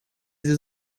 sie